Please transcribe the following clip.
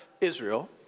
Israel